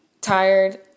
tired